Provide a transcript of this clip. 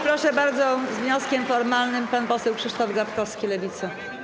Proszę bardzo, z wnioskiem formalnym pan poseł Krzysztof Gawkowski, Lewica.